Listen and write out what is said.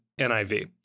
NIV